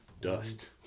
dust